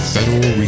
Federal